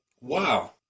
Wow